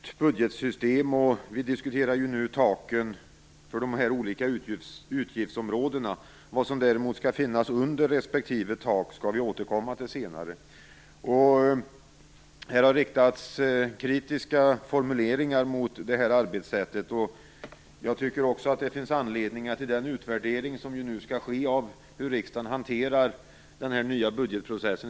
Vad som däremot skall finnas under respektive tak skall vi återkomma till senare. Det har riktats kritiska formuleringar mot detta arbetssätt. Jag tycker också att det finns anledning till den utvärdering som nu skall ske av hur riksdagen hanterar denna nya budgetprocess.